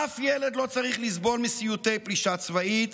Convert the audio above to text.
אף ילד לא צריך לסבול מסיוטי פלישה צבאית